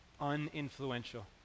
Uninfluential